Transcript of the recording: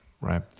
right